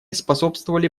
способствовали